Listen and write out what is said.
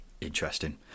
Interesting